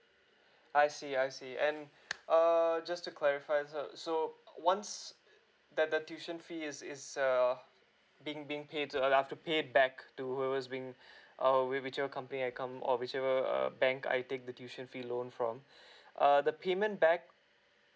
I see I see and err just to clarify so so once that the tuition fee is is err being being paid to uh I have pay back to where was been err which whichever company I come or whichever a bank I take the tuition fee loan from uh the payment back